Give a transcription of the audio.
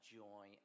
joy